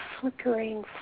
flickering